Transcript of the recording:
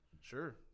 Sure